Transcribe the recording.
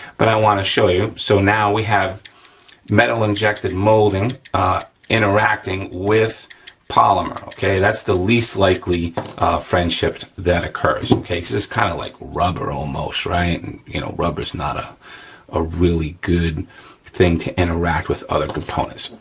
but i wanna show you, so now, we have metal injected molding interacting with polymer, okay? that's the least likely friendship that occurs, okay? cause it's kinda like rubber, almost, right? and you know rubber's not ah a really good thing to interact with other components.